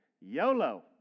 YOLO